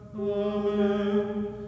Amen